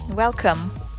Welcome